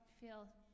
feel